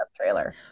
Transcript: trailer